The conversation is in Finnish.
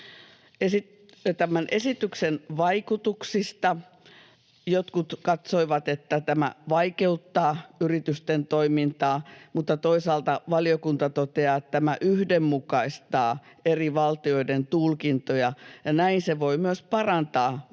Tämän esityksen vaikutuksista jotkut katsoivat, että tämä vaikeuttaa yritysten toimintaa, mutta toisaalta valiokunta toteaa, että tämä yhdenmukaistaa eri valtioiden tulkintoja ja näin se voi myös parantaa yrityksen